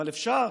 אבל אפשר